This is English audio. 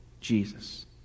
Jesus